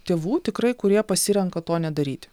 tėvų tikrai kurie pasirenka to nedaryti